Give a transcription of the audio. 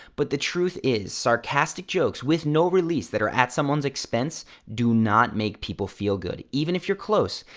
but the truth is, sarcastic jokes with no release, that are at someone's expense do not make people feel good, even if you're close.